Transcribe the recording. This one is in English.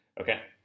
Okay